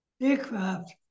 aircraft